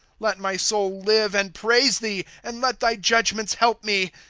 let my soul live and praise thee and let thy judgments help me.